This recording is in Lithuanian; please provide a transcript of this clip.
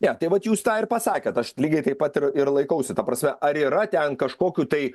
ne tai vat jūs tą ir pasakėt aš lygiai taip pat ir ir laikausi ta prasme ar yra ten kažkokių tai